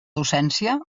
docència